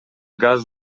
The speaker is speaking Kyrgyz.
газ